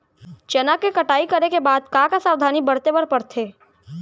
चना के कटाई करे के बाद का का सावधानी बरते बर परथे?